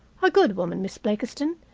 a good woman, miss blakiston,